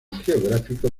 geográfico